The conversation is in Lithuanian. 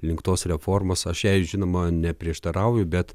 link tos reformos aš jai žinoma neprieštarauju bet